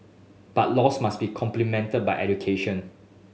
but laws must be complemented by education